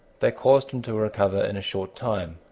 they caused him to recover in a short time.